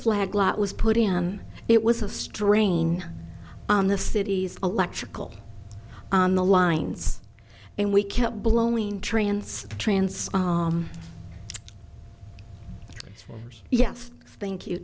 flag lot was put in it was a strain on the city's electrical on the lines and we kept blowing trance trance yes thank you